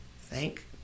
Thank